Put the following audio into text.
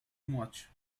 much